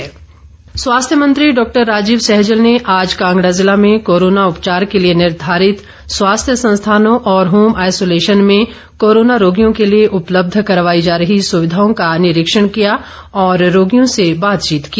सैजल स्वास्थ्य मंत्री डॉक्टर राजीव सैजल ने आज कांगड़ा ज़िला में कोरोना उपचार के लिए निर्धारित स्वास्थ्य संस्थानों और होम आईसोलेशन में कोरोना रोगियों के लिए उपलब्ध करवाई जा रही सुविधाओं का निरीक्षण किया और रोगियों से बातचीत की